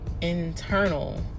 internal